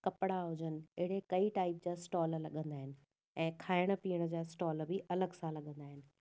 कपड़ा हुजनि अहिड़े कई टाइप जा स्टॉल लॻंदा आहिनि ऐं खाइणु पीअणु जा स्टॉल बि अलॻि सां लॻंदा आहिनि